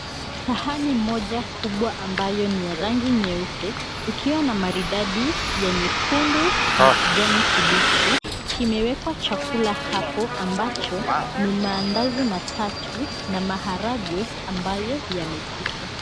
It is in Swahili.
Sahani moja kubwa ambayo ni ya rangi nyeupe ikiwa na maridadi ya nyekundu na kijani kibichi kimewekwa chakula hapo ambacho ni maandazi matatu na maharagwe ambayo yamepikwa.